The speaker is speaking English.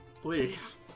please